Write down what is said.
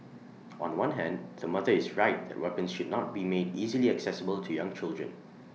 on one hand the mother is right that weapons should not be made easily accessible to young children